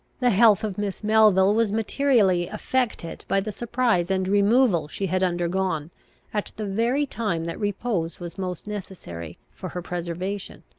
the health of miss melville was materially affected by the surprise and removal she had undergone at the very time that repose was most necessary for her preservation.